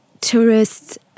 tourists